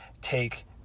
take